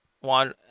one